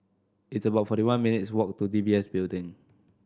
it's about forty one minutes' walk to D B S Building